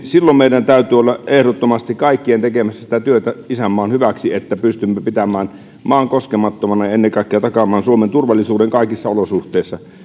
silloin meidän täytyy olla ehdottomasti kaikkien tekemässä työtä isänmaan hyväksi että pystymme pitämään maan koskemattomana ja ennen kaikkea takaamaan suomen turvallisuuden kaikissa olosuhteissa